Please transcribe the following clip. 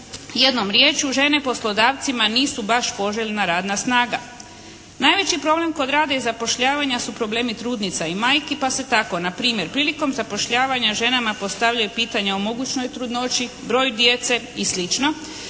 Jednom riječju žene poslodavcima nisu baš poželjna radna snaga. Najveći problem kod rada i zapošljavanja su problemi trudnica i majki pa se tako na primjer prilikom zapošljavanja ženama postavljaju pitanja o mogućoj trudnoći, broju djece i